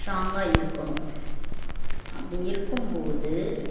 ஸ்ட்ராங்காக இருக்கணும் அப்படி இருக்கும்போது